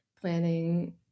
planning